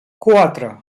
quatre